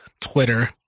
Twitter